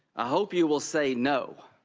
i hope you will say no.